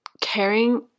caring